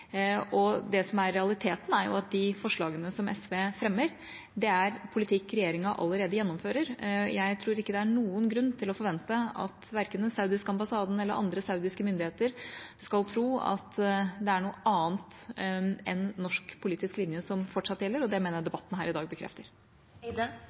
situasjonen i positiv retning. Realiteten er at forslagene som SV fremmer, er politikk regjeringa allerede gjennomfører. Jeg tror ikke det er noen grunn til å forvente at verken den saudiske ambassaden eller andre saudiske myndigheter skal tro at det er noe annet enn norsk politisk linje som fortsatt gjelder, og det mener jeg